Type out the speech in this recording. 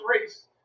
race